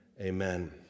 Amen